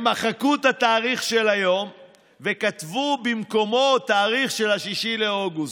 הם מחקו את התאריך של היום וכתבו במקומו תאריך של 6 באוגוסט,